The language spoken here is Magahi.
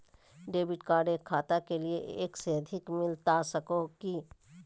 डेबिट कार्ड एक खाता के लिए एक से अधिक मिलता सको है की?